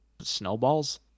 snowballs